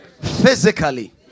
physically